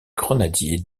grenadiers